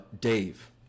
Dave